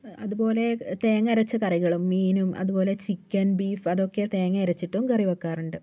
അതുപോലെ തേങ്ങ അരച്ച കറികളും മീനും അതുപോലെ ചിക്കൻ ബീഫ് അതൊക്കെ തേങ്ങ അരച്ചിട്ടും കറി വയ്ക്കാറുണ്ട്